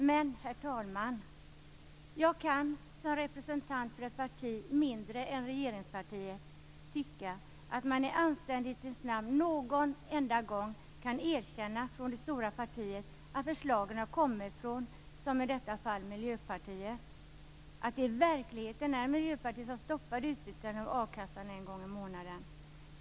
Men, herr talman, jag kan som representant för ett parti som är mindre än regeringspartiet tycka att man i anständighetens namn någon enda gång kan erkänna från det stora partiet att förslagen har kommit från i detta fall Miljöpartiet, att det i verkligheten är Miljöpartiet som stoppar utbetalning av a-kassa en gång i månaden.